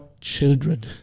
children